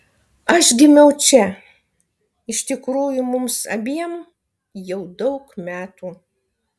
aš gimiau čia iš tikrųjų mums abiem jau daug metų